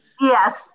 Yes